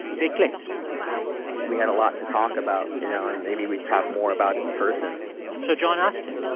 they clicked we had a lot to talk about, you know, and maybe we'd talk more about it in person so john asked him.